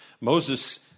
Moses